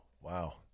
wow